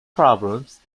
problems